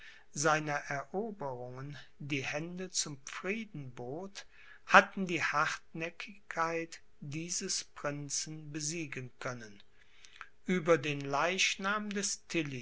seiner eroberungen die hände zum frieden bot hatten die hartnäckigkeit dieses prinzen besiegen können ueber den leichnam des